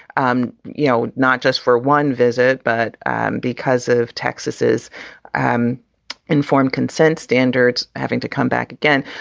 um you know, not just for one visit, but and because of texas is an informed consent standards having to come back again.